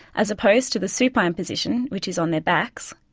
as opposed to the supine position, which is on their backs,